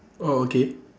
oh okay